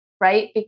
right